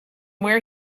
where